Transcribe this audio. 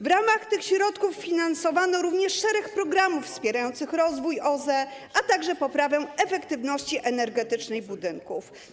W ramach tych środków finansowano również szereg programów wspierających rozwój OZE, a także poprawę efektywności energetycznej budynków.